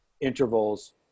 intervals